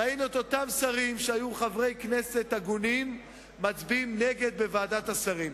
ראינו את אותם שרים שהיו חברי כנסת הגונים מצביעים נגד בוועדת השרים.